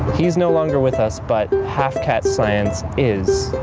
he is no longer with us but half-cat science is.